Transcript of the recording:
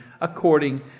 according